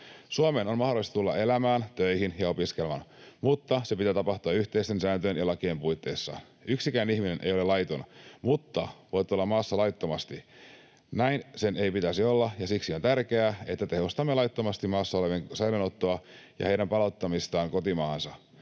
Suomeen on mahdollista tulla elämään, töihin ja opiskelemaan, mutta sen pitää tapahtua yhteisten sääntöjen ja lakien puitteissa. Yksikään ihminen ei ole laiton, mutta voit olla maassa laittomasti. Näin sen ei pitäisi olla, ja siksi on tärkeää, että tehostamme laittomasti maassa olevien säilöönottoa ja heidän palauttamistaan kotimaahansa.